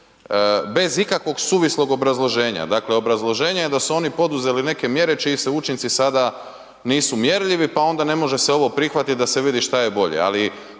bez ikakvog suvislog obrazloženja. Dakle obrazloženje je da su oni poduzeli neke mjere čiji se učinci sada nisu mjerljivi pa onda ne može se ovo prihvatiti da se vidi šta je bolje